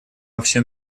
всем